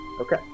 Okay